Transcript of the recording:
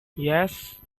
yes